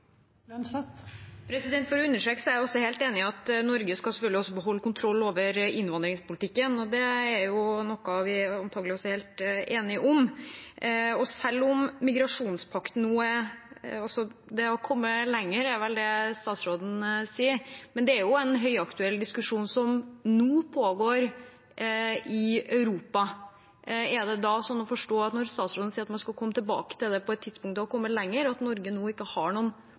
For å understreke: Jeg er også helt enig i at Norge selvfølgelig skal beholde kontroll over/med innvandringspolitikken. Det er noe vi antakeligvis er helt enige om. Selv om migrasjonspakten nå har kommet lenger – det er vel det statsråden sier – er det en høyaktuell diskusjon som nå pågår i Europa. Er det da sånn å forstå, når statsråden sier at man skal komme tilbake til det på et tidspunkt da det har kommet lenger, at Norge ikke har noen